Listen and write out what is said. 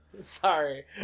Sorry